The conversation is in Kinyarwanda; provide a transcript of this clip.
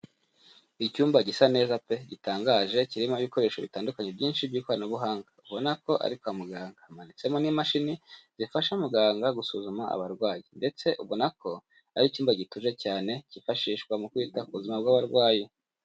Icyumba gisa neza pe, gitangaje kirimo ibikoresho bitandukanye byinshi by'ikoranabuhanga, ubona ko ari kwa muganga, hamanitsemo n'imashini zifasha muganga gusuzuma abarwayi, ndetse ubona ko ari icyumba gituje cyane cyifashishwa mu kwita ku buzima bw'abarwayi.